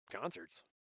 concerts